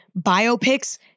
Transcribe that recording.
biopics